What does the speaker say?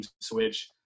switch